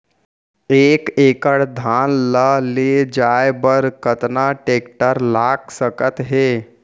एक एकड़ धान ल ले जाये बर कतना टेकटर लाग सकत हे?